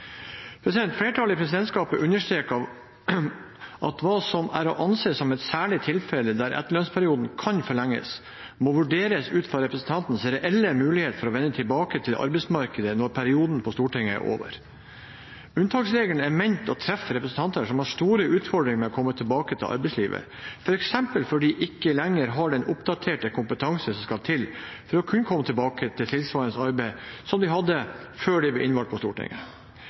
Flertallet i presidentskapet understreker at hva som er å anse som et særlig tilfelle der etterlønnsperioden kan forlenges, må vurderes ut fra representantens reelle muligheter for å vende tilbake til arbeidsmarkedet når perioden på Stortinget er over. Unntaksregelen er ment å treffe representanter som har store utfordringer med å komme tilbake til arbeidslivet, f.eks. fordi de ikke lenger har den oppdaterte kompetansen som skal til for å kunne komme tilbake til tilsvarende arbeid som de hadde før de ble innvalgt på Stortinget.